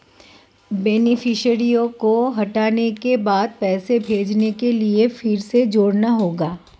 beneficiary को हटाने के बाद पैसे भेजने के लिए फिर से जोड़ना होगा